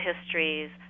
histories